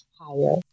higher